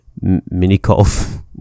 mini-golf